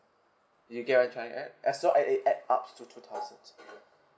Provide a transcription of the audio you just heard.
you get what I'm driving at as long as it add up to two thousand